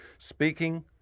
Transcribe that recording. Speaking